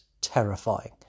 terrifying